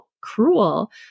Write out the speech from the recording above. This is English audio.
cruel